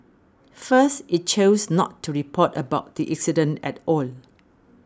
first it chose not to report about the incident at all